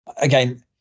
again